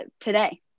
today